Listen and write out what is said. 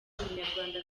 umunyarwanda